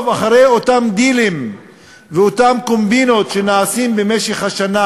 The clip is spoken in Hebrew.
אחרי אותם דילים ואותן קומבינות שנעשים במשך השנה,